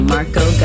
Marco